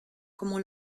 como